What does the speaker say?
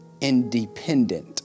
independent